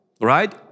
right